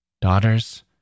Daughters